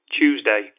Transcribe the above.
Tuesday